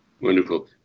Wonderful